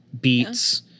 beats